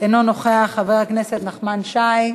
אינו נוכח, חבר הכנסת נחמן שי,